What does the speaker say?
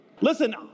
Listen